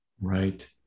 Right